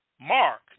Mark